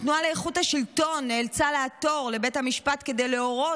התנועה לאיכות השלטון נאלצה לעתור לבית המשפט כדי להורות